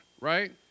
right